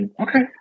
okay